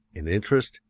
in interest,